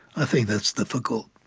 i think that's difficult.